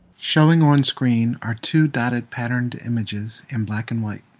showing on screen are two dotted patterned images in black and white.